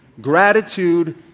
Gratitude